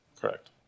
Correct